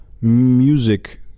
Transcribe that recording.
music